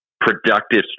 productive